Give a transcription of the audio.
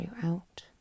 throughout